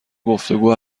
گفتگو